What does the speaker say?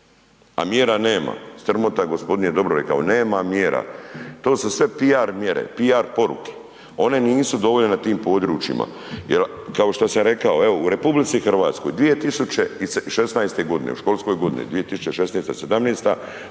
a mjera nema. Strmota gospodin je dobro rekao, nema mjera, to su sve PR mjere, PR poruke, one nisu dovoljne na tim područjima. Jel kao šta sam rekao, evo u RH 2016. godine u školskoj godini 2016/17.